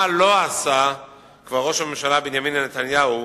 מה כבר לא עשה ראש הממשלה בנימין נתניהו